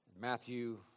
Matthew